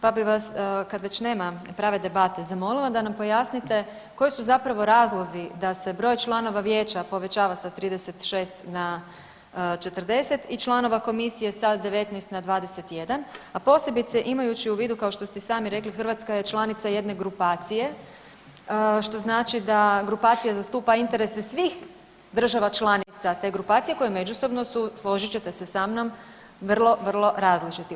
Pa bi vas kad već nema prave debate zamolila da nam pojasnite koji su zapravo razlozi da se broj članova vijeća povećava sa 36 na 40 i članova komisije sa 19 na 21, a posebice imajući u vidu kao što ste i sami rekli Hrvatska je članica jedne grupacije što znači da grupacija zastupa interese svih država članica te grupacije koje međusobno su, složite ćete se sa mnom, vrlo, vrlo različiti.